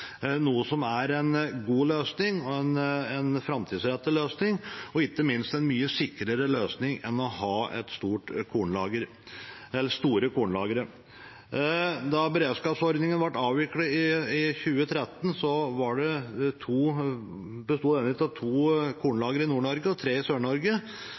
noe som er en god løsning, en framtidsrettet løsning og ikke minst en mye sikrere løsning enn å ha store kornlagre. Da beredskapsordningen ble avviklet i 2003, besto denne av to kornlagre i Nord-Norge og tre i Sør-Norge med til sammen 21 500 tonn mathvete. Så var det ca. 13 mellagre i